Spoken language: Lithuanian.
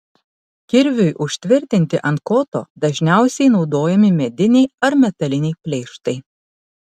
kirviui užtvirtinti ant koto dažniausiai naudojami mediniai ar metaliniai pleištai